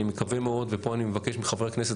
אני מקווה מאוד ופה אני מבקש מחברי הכנסת,